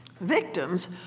Victims